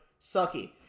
Sucky